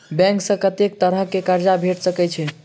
Bank सऽ कत्तेक तरह कऽ कर्जा भेट सकय छई?